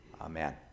Amen